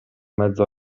mezzo